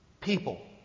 people